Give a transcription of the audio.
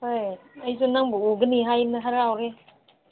ꯍꯣꯏ ꯑꯩꯁꯨ ꯅꯪꯕꯨ ꯎꯒꯅꯤ ꯍꯥꯏꯅ ꯍꯔꯥꯎꯔꯤ